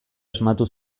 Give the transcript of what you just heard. asmatu